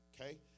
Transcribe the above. Okay